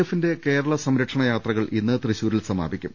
എഫിന്റെ കേരള സംരക്ഷണ യാത്രകൾ ഇന്ന് തൃശൂരിൽ സമാ പിക്കും